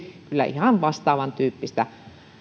ihan vastaavantyyppistä